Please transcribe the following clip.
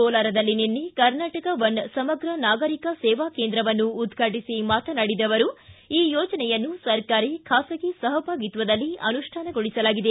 ಕೋಲಾರದಲ್ಲಿ ನಿನ್ನೆ ಕರ್ನಾಟಕ ಒನ್ ಸಮಗ್ರ ನಾಗರೀಕ ಸೇವಾ ಕೇಂದ್ರವನ್ನು ಉದ್ಘಾಟಿಸಿ ಮಾತನಾಡಿದ ಅವರು ಈ ಯೋಜನೆಯನ್ನು ಸರ್ಕಾರಿ ಖಾಸಗಿ ಸಹಭಾಗಿತ್ವದಲ್ಲಿ ಅನುಷ್ಠಾನಗೊಳಿಸಲಾಗಿದೆ